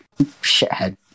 shithead